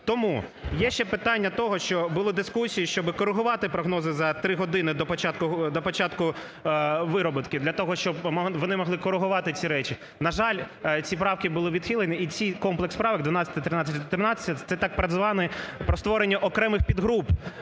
Тому є ще питання того, що були дискусії, щоб корегувати прогнози за три години до початку вироботки для того, щоб вони могли корегувати ці речі. На жаль, ці правки були відхилені, і цей комплекс правок 12-а,13-а,14-а – це так звані про створення окремих підгруп